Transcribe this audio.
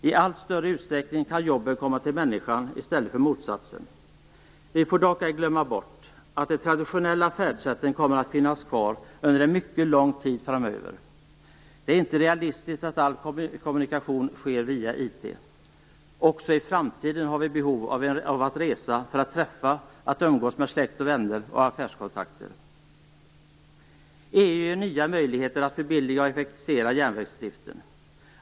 I allt större utsträckning kan jobben komma till människan i stället för tvärtom. Vi får dock inte glömma bort att de traditionella färdsätten kommer att finnas kvar under mycket lång tid framöver. Det är inte realistiskt att all kommunikation sker via IT. Också i framtiden har vi behov av att resa för att träffas och umgås med släkt och vänner och med affärskontakter. EU ger nya möjligheter att föbilliga och effektivisera järnvägsdriften.